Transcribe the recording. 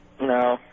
No